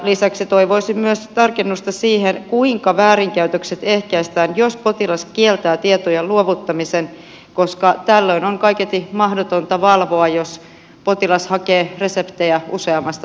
lisäksi toivoisin myös tarkennusta siihen kuinka väärinkäytökset ehkäistään jos potilas kieltää tietojen luovuttamisen koska tällöin on kaiketi mahdotonta valvoa jos potilas hakee reseptejä useammasta eri paikasta